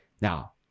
Now